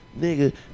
nigga